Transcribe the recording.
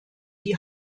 die